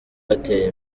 batera